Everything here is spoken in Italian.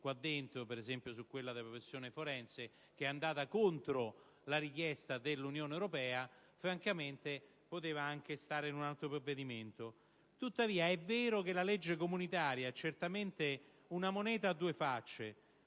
qui dentro (per esempio quella della professione forense, che è andata contro la richiesta dell'Unione europea), poteva anche essere inserita in un altro provvedimento. Tuttavia, se è vero che la legge comunitaria certamente è una moneta a due facce,